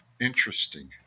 Interesting